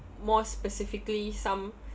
more specifically some